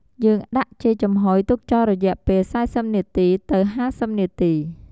យើងដាក់ចេកចំហុយទុកចោលរយៈពេល៤០នាទី ទៅ៥០នាទី។